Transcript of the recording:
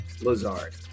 Lazard